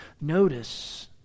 notice